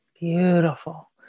Beautiful